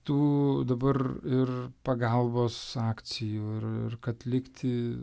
tų dabar ir pagalbos akcijų ir ir kad likti